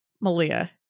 Malia